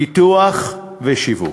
פיתוח ושיווק.